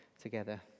together